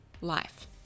life